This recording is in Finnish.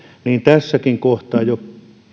niin tässäkin kohtaa jo